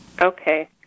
Okay